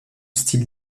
style